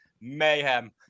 Mayhem